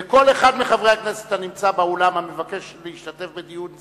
וכל אחד מחברי הכנסת הנמצא באולם המבקש להשתתף בדיון זה,